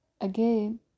again